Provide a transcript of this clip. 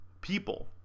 people